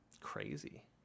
Crazy